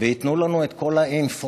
וייתנו לנו את כל האינפורמציה,